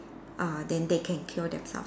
uh then they can cure themselves